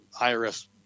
IRS